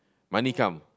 money come